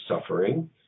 suffering